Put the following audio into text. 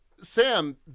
Sam